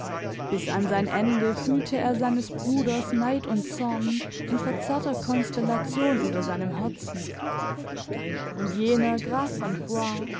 bis an sein ende fühlte er seines bruders neid und zorn in verzerrter konstellation über seinem herzen und jener graf von foix